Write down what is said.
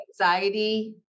anxiety